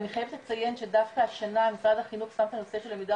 אבל אני חייבת לציין שדווקא השנה משרד החינוך שם את הנושא של למידה